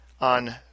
on